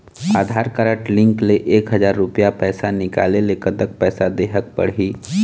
आधार card link ले एक हजार रुपया पैसा निकाले ले कतक पैसा देहेक पड़ही?